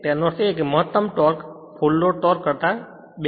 તેનો અર્થ એ કે મહત્તમ ટોર્ક ફુલ લોડ ટોર્ક કરતા 2